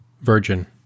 Virgin